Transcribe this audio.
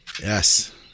Yes